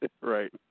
Right